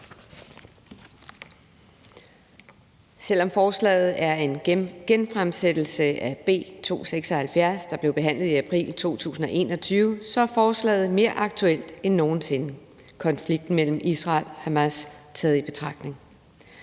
Selv om forslaget er en genfremsættelse af B 276, der blev behandlet i april 2021, er forslaget mere aktuelt end nogen sinde, konflikten mellem Israel og Hamas taget i betragtning.